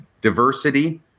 diversity